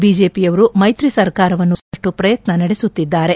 ಬಿಜೆಪಿಯವರು ಮೈತ್ರಿ ಸರಕಾರವನ್ನು ಕೆಡವಲು ಸಾಕಷ್ಟು ಪ್ರಯತ್ನ ನಡೆಸುತ್ತಿದ್ದಾರೆ